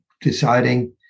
deciding